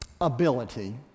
ability